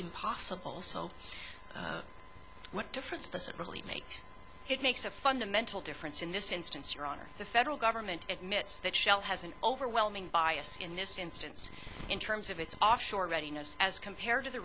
impossible so what difference does it really make it makes a fundamental difference in this instance your honor the federal government admits that shell has an overwhelming bias in this instance in terms of its offshore readiness as compared to the